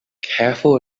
careful